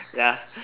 yeah